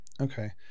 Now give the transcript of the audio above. okay